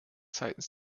seitens